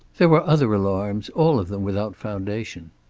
there were other alarms, all of them without foundation.